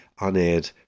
unaired